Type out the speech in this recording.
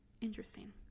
Interesting